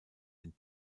den